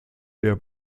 der